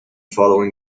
following